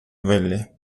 valley